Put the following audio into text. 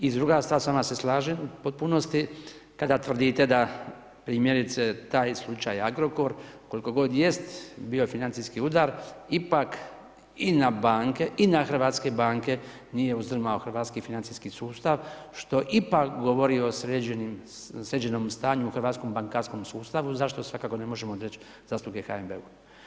I druga stvar, s vama se slažem u potpunosti kada tvrdite da, primjerice, taj slučaj Agrokor, koliko god jest bio financijski udar, ipak i na banke i na Hrvatske banke nije uzdrmao hrvatski financijski sustav, što ipak govori o sređenom stanju u hrvatskom bankarskom sustavu, za što svakako ne možemo odreć zasluge HNB-u.